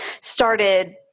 started